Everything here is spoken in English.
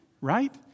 right